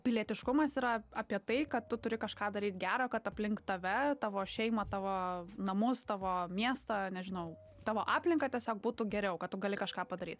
pilietiškumas yra apie tai kad tu turi kažką daryt gero kad aplink tave tavo šeimą tavo namus tavo miestą nežinau tavo aplinką tiesiog būtų geriau kad tu gali kažką padaryt